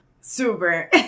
Super